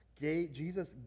Jesus